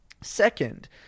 Second